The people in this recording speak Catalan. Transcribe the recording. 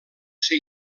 ser